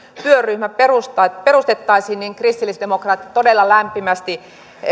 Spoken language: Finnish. työryhmä perustettaisiin perustettaisiin niin kristillisdemokraatit todella lämpimästi